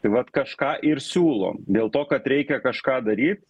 tai vat kažką ir siūlo dėl to kad reikia kažką daryt